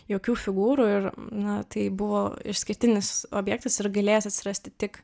jokių figūrų ir na tai buvo išskirtinis objektas ir galėjęs atsirasti tik